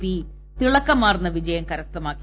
P തിളക്കമാർന്ന വിജയം കരസ്ഥമാക്കി